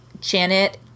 Janet